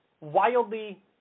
wildly